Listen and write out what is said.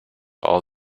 all